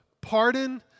pardon